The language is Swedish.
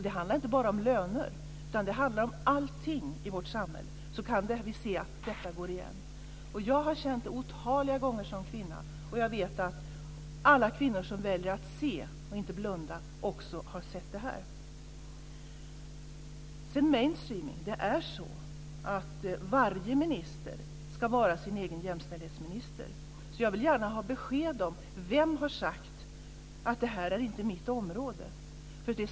Det handlar inte bara om löner, utan det handlar om allting i vårt samhälle. Detta går igen överallt. Jag har som kvinna känt av det ett otal gånger, och jag vet att alla kvinnor som väljer att se och inte blunda också har sett det. När det gäller mainstreaming ska varje minister vara sin egen jämställdhetsminister. Jag vill gärna ha besked om vem som har sagt att detta inte är hans eller hennes område.